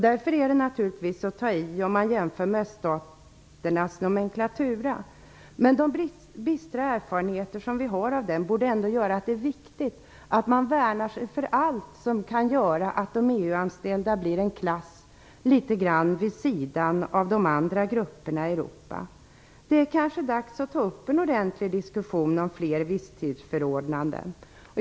Därför är det naturligtvis att ta i om man jämför med öststaternas nomenklatura. Men de bistra erfarenheter som vi har av den borde ändå göra att det är viktigt att man värnar sig mot allt som kan göra att de EU-anställda blir en klass litet grand vid sidan av de andra grupperna i Europa. Det är kanske dags att ta upp en ordentlig diskussion om fler visstidsförordnanden.